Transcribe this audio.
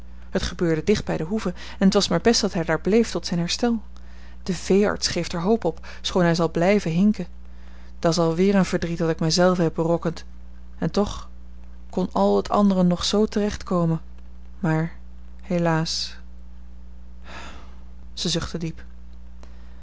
het gebeurde dicht bij de hoeve en t was maar best dat hij daar bleef tot zijn herstel de veearts geeft er hoop op schoon hij zal blijven hinken dat's alweer een verdriet dat ik mij zelve heb berokkend en toch kon al het andere nog zoo terecht komen maar helaas zij zuchtte diep